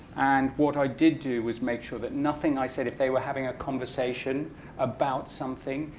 and what i did do was make sure that nothing i said if they were having a conversation about something,